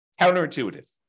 Counterintuitive